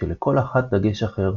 כשלכל אחת דגש אחר.